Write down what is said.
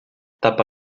tapa